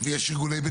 סדרי דיון זה יהיה פה,